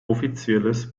offizielles